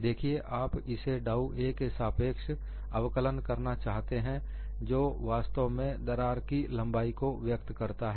देखिए आप इसे डाउ a के सापेक्ष अवकलन करना चाहते हैं जो वास्तव में दरार की लंबाई को व्यक्त करता है